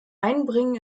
einbringen